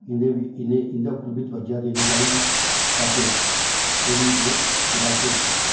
इ'नेंबी इ'नें इं'दे उप्पर बी तवाज्जा देनी चाहिदी ताके एह् बी एह् डिवेल्प होई सकन